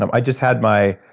um i just had my.